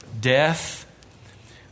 death